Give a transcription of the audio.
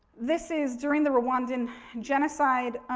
this is during the rwandan genocide,